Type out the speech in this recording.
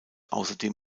außerdem